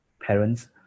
Parents